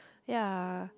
ya